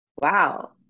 wow